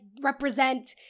represent